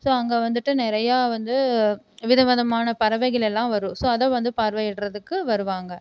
so அங்கே வந்துவிட்டு நிறையா வந்து வித விதமான பறவைகள் எல்லா வரும் ஸோ அதை வந்து பார்வையிடுறதுக்கு வருவாங்க